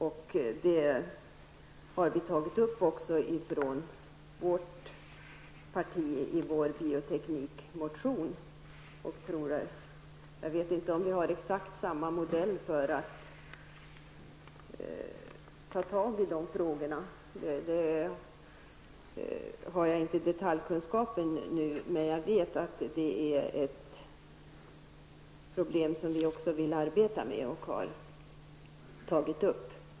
Dessa saker har vi i folkpartiet tagit upp i vår bioteknikmotion. Jag är dock inte säker på att vi har exakt samma modell för agerandet när det gäller att ta tag i dessa frågor. Jag har inte detaljkunskaper på området just nu. Men jag vet att det handlar om problem som vi också vill arbeta med och som vi har tagit upp.